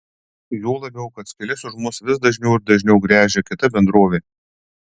juo labiau kad skyles už mus vis dažniau ir dažniau gręžia kita bendrovė